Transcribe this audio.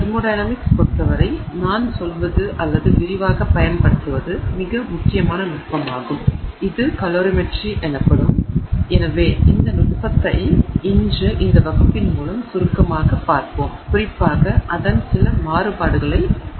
வெப்ப இயக்கவியலைப் பொறுத்தவரை நான் சொல்வது அல்லது விரிவாகப் பயன்படுத்துவது மிக முக்கியமான நுட்பமாகும் இது கலோரிமெட்ரி எனப்படும் இந்த நுட்பமாகும் எனவே இந்த நுட்பத்தை இன்று இந்த வகுப்பின் மூலம் சுருக்கமாகப் பார்ப்போம் குறிப்பாக அதன் சில மாறுபாடுகளைப் பார்ப்போம் மற்றும் அதனால்